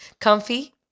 Comfy